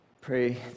Pray